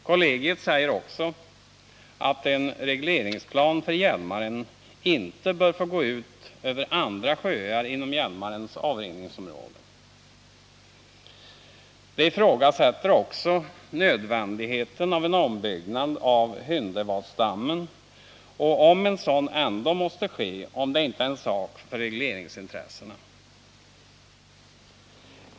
Kollegiet säger också att en regleringsplan för Hjälmaren inte bör få gå ut över andra sjöar inom Hjälmarens avrinningsområde. Det ifrågasätter också nödvändigheten av en ombyggnad av Hyndevadsdammen och, om en sådan ändå måste ske, om det inte är en sak för regleringsintressenterna.